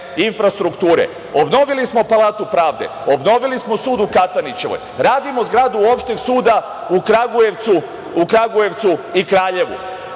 infrastrukture, obnovili smo Palatu pravde, obnovili smo sud u Katanićevoj, radimo zgradu Opšteg suda u Kragujevcu i Kraljevu,